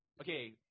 Okay